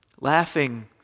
Laughing